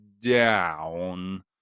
down